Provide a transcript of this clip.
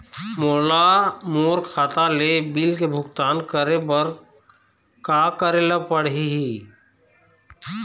मोला मोर खाता ले बिल के भुगतान करे बर का करेले पड़ही ही?